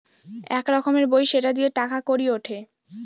এক রকমের বই সেটা দিয়ে টাকা কড়ি উঠে